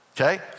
Okay